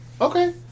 Okay